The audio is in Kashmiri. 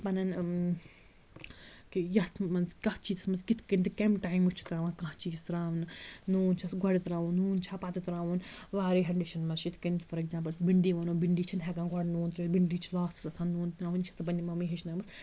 پَنُن کہِ یَتھ منٛز کَتھ چیٖزَس منٛز کِتھ کٔنۍ تہٕ کَمہِ ٹایمہٕ چھِ ترٛاوان کانٛہہ چیٖز ترٛاونہٕ نوٗن چھِ آسان گۄڈٕ ترٛاوُن نوٗن چھِ پَتہٕ ترٛاوُن واریاہَن ڈِشَن منٛز یِتھ کٔنۍ فار ایٚگزامپٕل بِنٛڈی وَنو بِنڈی چھِ نہٕ ہٮ۪کان گۄڈٕ نوٗن ترٛٲیِتھ بِنڈی چھِ لاسٹَس آسان نوٗن ترٛاوٕنۍ یہِ چھِ پنٛنہِ مَمی ہیٚچھنٲومٕژ